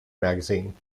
magazine